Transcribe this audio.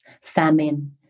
famine